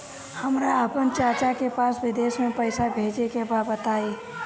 हमरा आपन चाचा के पास विदेश में पइसा भेजे के बा बताई